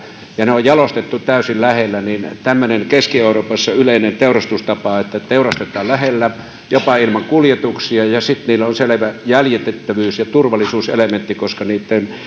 ja jalostettu täysin lähellä keski euroopassahan on yleinen teurastustapa että teurastetaan lähellä jopa ilman kuljetuksia ja tuotteilla on selvä jäljitettävyys ja turvallisuuselementti koska lihan